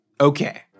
Okay